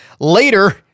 Later